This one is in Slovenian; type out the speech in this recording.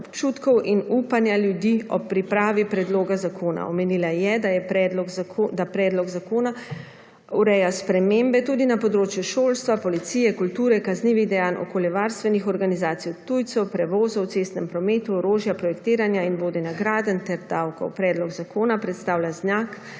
in upanja ljudi ob pripravi predloga zakona. Omenila je, da predlog zakona ureja spremembe tudi na področju šolstva, policije, kulture, kaznivih dejanj, okoljevarstvenih organizacij, tujcev, prevozov v cestnem prometu, orožja, projektiranja in vodenja gradenj ter davkov. Predlog zakona predstavlja znak,